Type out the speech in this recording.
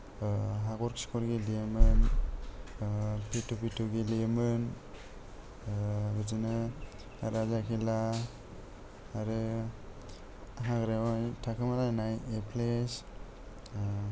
हाखर खिखर गेलेयोमोन पित्तु पित्तु गेलेयोमोन बिदिनो राजा खेला आरो हाग्रायावहाय थाखोमालायनाय एप्लेस